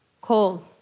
coal